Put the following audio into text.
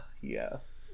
Yes